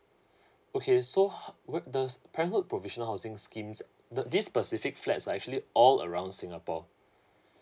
okay so ho~ what does parenthood provision housing schemes the this specific flats are actually all around singapore